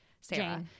Sarah